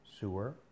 sewer